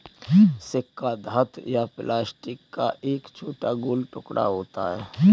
सिक्का धातु या प्लास्टिक का एक छोटा गोल टुकड़ा होता है